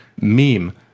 meme